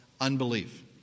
unbelief